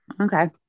Okay